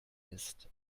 ist